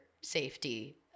safety